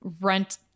rent